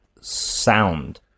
sound